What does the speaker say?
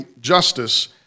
Justice